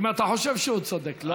אם אתה חושב שהוא צודק, לא?